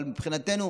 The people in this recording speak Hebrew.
אבל מבחינתנו,